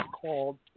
called